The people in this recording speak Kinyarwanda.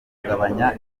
kugabanya